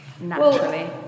naturally